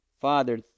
Father